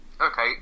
Okay